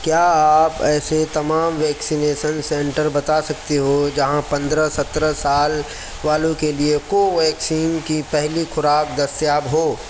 کیا آپ ایسے تمام ویکسینیسن سینٹر بتا سکتے ہو جہاں پندرہ سترہ سال والوں کے لیے کوویکسین کی پہلی خوراک دستیاب ہو